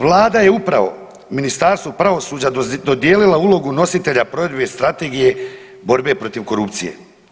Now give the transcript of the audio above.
Vlada je upravo Ministarstvu pravosuđa dodijelila ulogu nositelja provedbe Strategije borbe protiv korupcije.